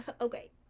okay